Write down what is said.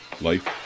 life